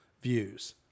views